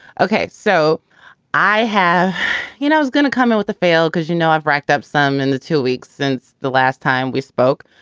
ok. so i have you know, i was gonna come out with the fail because, you know, i've racked up some in the two weeks since the last time we spoke.